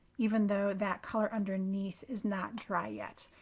even though that color underneath is not dry yet.